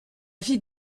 vie